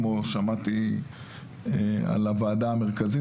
שמעתי על הוועדה המרכזית,